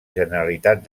generalitat